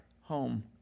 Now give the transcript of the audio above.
home